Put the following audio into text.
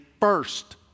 first